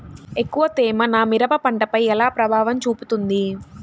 ఎక్కువ తేమ నా మిరప పంటపై ఎలా ప్రభావం చూపుతుంది?